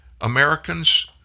Americans